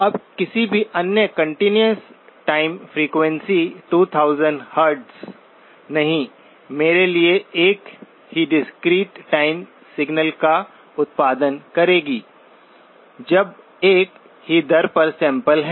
अब किसी भी अन्य कंटीन्यूअस टाइम फ्रीक्वेंसी 2000 हर्ट्ज नहीं मेरे लिए एक ही डिस्क्रीट टाइम सिग्नल का उत्पादन करेगी जब एक ही दर पर सैंपल हैं